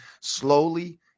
slowly